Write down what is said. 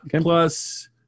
Plus